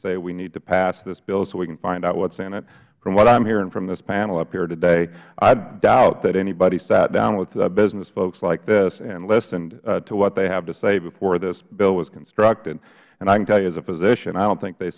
say we need to pass this bill so we can find out what is in it from what i am hearing from this panel up here today i doubt that anybody sat down with business folks like this and listened to what they have to say before this bill was constructed and i can tell you as a physician i don't think they